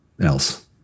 else